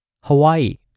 Hawaii